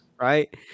right